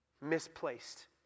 misplaced